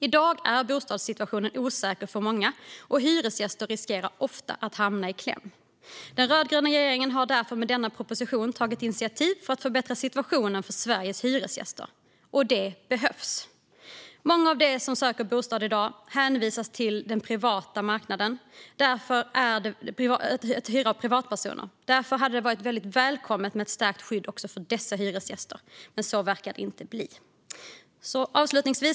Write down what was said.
I dag är bostadssituationen osäker för många, och hyresgäster riskerar ofta att hamna i kläm. Den rödgröna regeringen har därför med denna proposition tagit initiativ för att förbättra situationen för Sveriges hyresgäster, och det behövs. Många av dem som söker bostad i dag hänvisas till att hyra av privatpersoner. Därför hade det varit väldigt välkommet med ett stärkt skydd också för dessa hyresgäster. Men så verkar det inte bli.